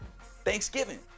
Thanksgiving